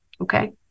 Okay